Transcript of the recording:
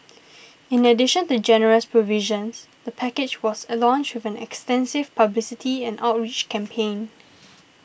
in addition to generous provisions the package was launched with an extensive publicity and outreach campaign